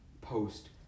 post